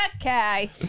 okay